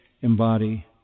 embody